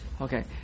Okay